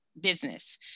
business